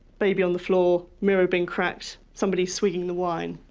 baby on the floor, mirror being cracked, somebody swigging the wine.